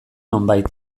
nonbait